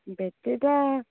ବ୍ୟାଟେରୀଟା